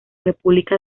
república